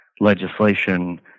legislation